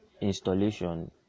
installation